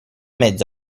mezzo